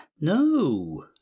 no